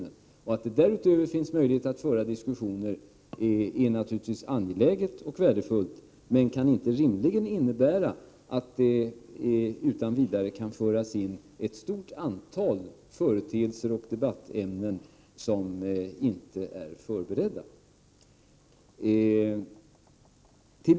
Det är naturligtvis angeläget och värdefullt att det finns möjligheter att föra diskussioner därutöver, men det kan inte rimligen innebära att det utan vidare kan föras in ett stort antal företeelser och debattämnen som inte är förberedda.